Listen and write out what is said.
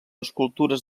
escultures